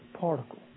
particle